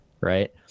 right